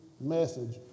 message